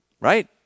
Right